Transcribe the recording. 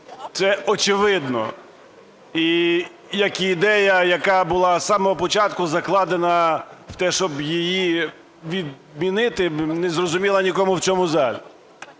Це очевидно, як і ідея, яка була з самого початку закладена, і те, щоб її відмінити, незрозуміло нікому в цьому залі.